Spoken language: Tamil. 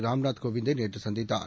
ராம்நாத் கோவிந்தைநேற்றசந்தித்தார்